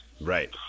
Right